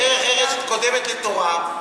שדרך ארץ קודמת לתורה,